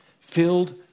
filled